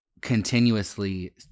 continuously